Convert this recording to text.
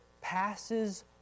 passes